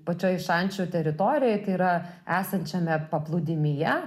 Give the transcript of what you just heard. pačioj šančių teritorijoj tai yra esančiame paplūdimyje